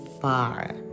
far